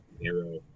hero